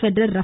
Federer ர